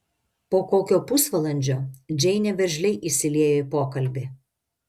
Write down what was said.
po kokio pusvalandžio džeinė veržliai įsiliejo į pokalbį